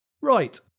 Right